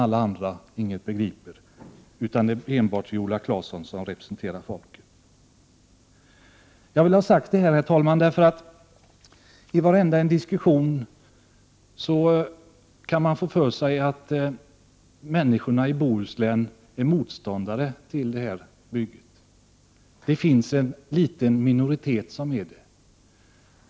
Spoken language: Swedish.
Alla andra begriper inte någonting, utan det är enbart Viola Claesson som representerar folket. Jag vill ha detta sagt, herr talman, eftersom att man i varenda diskussion kan få för sig att människorna i Bohuslän är motståndare till detta bygge. Det finns en liten minoritet som är det.